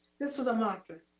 this was the mantra.